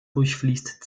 durchfließt